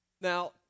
Now